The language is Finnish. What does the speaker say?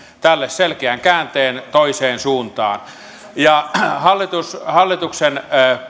tälle selkeän käänteen toiseen suuntaan hallituksen